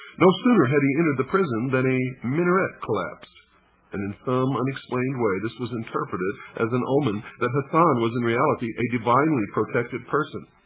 no sooner had he entered the prison than a minaret collapsed and in some unexplained way this was interpreted as an omen that hasan was in reality a divinely protected person.